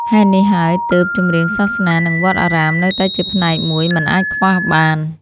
ហេតុនេះហើយ ទើបចម្រៀងសាសនា និងវត្តអារាមនៅតែជាផ្នែកមួយមិនអាចខ្វះបាន។